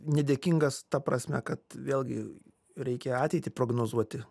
nedėkingas ta prasme kad vėlgi reikia ateitį prognozuoti